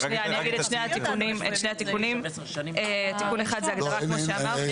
שנייה אני אגיד את שני התיקונים תיקון אחד זה הגדרה כמו שאמרתי.